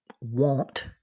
want